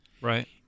Right